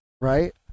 right